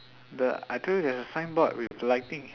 the I tell you there's a signboard with lighting